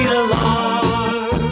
alarm